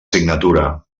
signatura